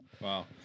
Wow